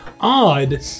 Odd